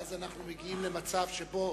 ואז אנחנו מגיעים למצב שבו